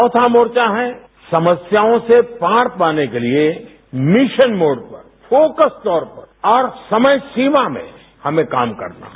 चौथा मोर्चा है समस्याओं से पार पाने के लिए मिशन मोड पर फोकस तौर पर और समय सीमा में हमें काम करना है